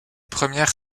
première